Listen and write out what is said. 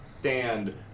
stand